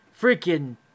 freaking